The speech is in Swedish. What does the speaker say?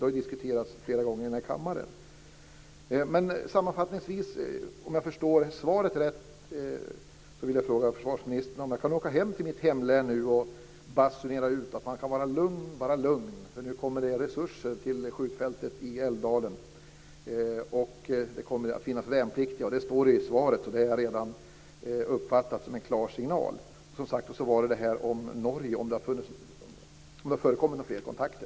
Det har diskuterats flera gånger i den här kammaren. Sammanfattningsvis vill jag fråga försvarsministern, för att se att jag har förstått svaret rätt: Kan jag åka hem till mitt hemlän och basunera ut att man kan vara lugn, bara lugn, för nu kommer det resurser till skjutfältet i Älvdalen och det kommer att finnas värnpliktiga? Det sista står ju i svaret, så det har jag redan uppfattat som en klar signal. Dessutom ställde jag frågan: Har det förekommit fler kontakter?